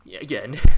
again